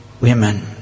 women